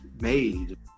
made